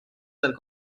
del